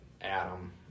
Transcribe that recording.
Adam